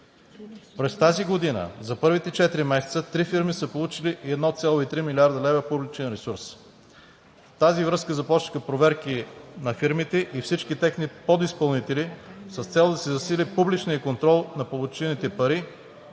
През тази година за първите четири месеца три фирми са получили 1,3 млрд. лв. публичен ресурс. В тази връзка започнаха проверки на фирмите и всички техни подизпълнители, с цел да се засили публичният контрол на получените пари